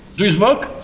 do you smoke?